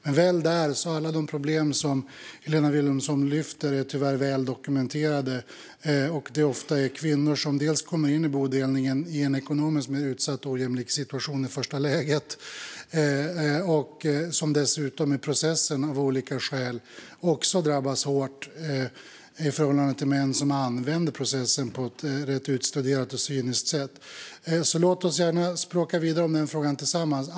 Men väl där är alla de problem som Helena Vilhelmsson lyfter fram tyvärr väl dokumenterade. Det är oftast kvinnor som kommer in i bodelningen i en mer utsatt och ojämlik ekonomisk situation i första läget. De drabbas dessutom hårt i processen av olika skäl i förhållande till män som använder processen på ett rätt utstuderat och cyniskt sätt. Låt oss gärna språka vidare om den frågan tillsammans.